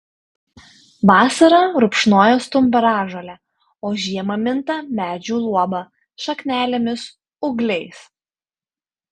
vasarą rupšnoja stumbražolę o žiemą minta medžių luoba šaknelėmis ūgliais